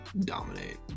dominate